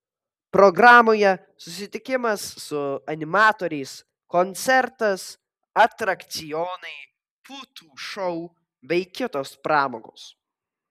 programoje susitikimas su animatoriais koncertas atrakcionai putų šou bei kitos pramogos